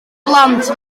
blant